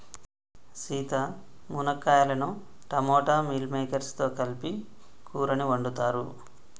సీత మునక్కాయలను టమోటా మిల్ మిల్లిమేకేర్స్ లతో కలిపి కూరని వండుతారు